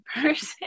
person